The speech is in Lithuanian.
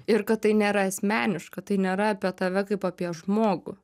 ir kad tai nėra asmeniška tai nėra apie tave kaip apie žmogų